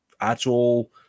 actual